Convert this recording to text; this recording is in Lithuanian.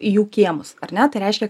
į jų kiemus ar ne tai reiškia